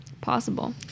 Possible